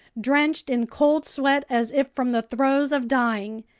drenched in cold sweat as if from the throes of dying!